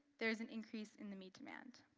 there's an increase in the meat demand.